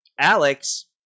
Alex